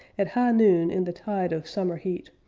at high noon in the tide of summer heat,